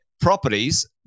properties